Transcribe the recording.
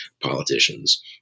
politicians